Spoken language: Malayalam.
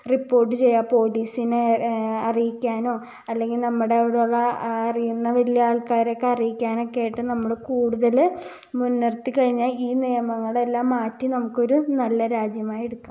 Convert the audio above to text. റിപ്പോർട്ട് ചെയ്യുക പോലീസിനെ അറിയിക്കാനോ അല്ലെങ്കിൽ നമ്മുടെ ഇവിടെ ഉള്ള അറിയുന്ന വലിയ ആൾക്കാരൊക്കെ അറിയിക്കാനൊക്കെ ആയിട്ട് നമ്മൾ കൂടുതൽ മുൻ നിർത്തി കഴിഞ്ഞാൽ ഈ നിയമങ്ങളെല്ലാം മാറ്റി നമുക്കൊരു നല്ല രാജ്യമായെടുക്കാം